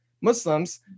muslims